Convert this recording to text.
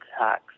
attacks